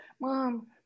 Mom